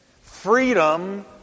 Freedom